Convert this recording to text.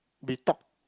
we talk